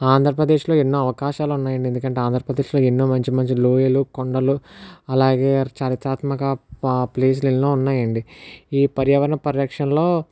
ఆంధ్రప్రదేశ్లో ఎన్నో అవకాశాలు ఉన్నాయి అండి ఎందుకంటే ఆంధ్రప్రదేశ్లో ఎన్నో మంచి మంచి లోయలు కొండలు అలాగే చారిత్రాత్మక ప్లేసులు ఎన్నో ఉన్నాయి అండి ఈ పర్యావరణ పరిరక్షణలో